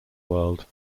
world